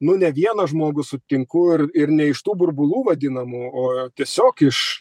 nu ne vieną žmogų sutinku ir ir ne iš tų burbulų vadinamų o tiesiog iš